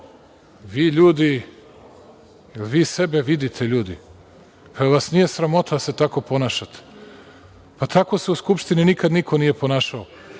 je li vi sebe vidite, ljudi? Jel vas nije sramota da se tako ponašate? Pa, tako se u Skupštini niko nikada nije ponašao.